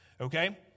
Okay